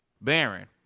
Baron